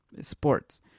sports